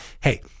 hey